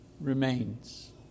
remains